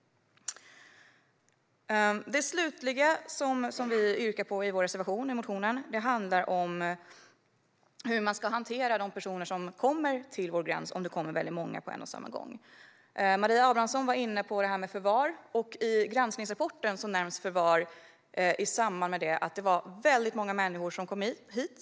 Det sista vi yrkar på i vår följdmotion handlar om hur personer som kommer till vår gräns ska hanteras, om det kommer många på en och samma gång. Maria Abrahamsson var inne på det här med förvar. I granskningsrapporten nämns förvar i samband med att det var många människor som kom hit.